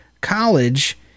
college